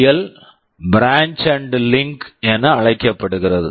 L BL branch and link branch and link என அழைக்கப்படுகிறது